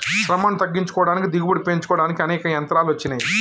శ్రమను తగ్గించుకోడానికి దిగుబడి పెంచుకోడానికి అనేక యంత్రాలు అచ్చినాయి